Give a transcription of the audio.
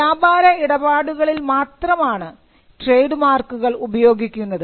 വ്യാപാര ഇടപാടുകളിൽ മാത്രമാണ് ട്രേഡ് മാർക്കുകൾ ഉപയോഗിക്കുന്നത്